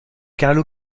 carlo